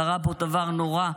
קרה פה דבר נורא,